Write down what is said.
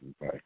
Bye